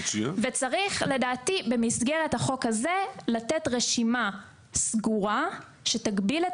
לדעתי במסגרת החוק הזה צריך לתת רשימה סגורה שתגביל את